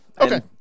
okay